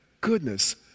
goodness